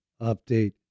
update